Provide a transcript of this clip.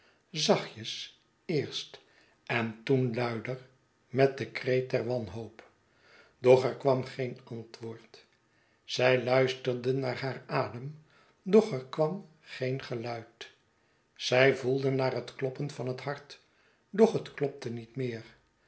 zachtjes eerst en toen luider met den kreet der wanhoop doch er kwam geen antwoord zij luisterden naar haar adem doch er kwam geen geluid zij voelden naar het kloppen van het hart doch het klopte niet meer